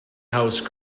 house